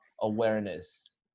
awareness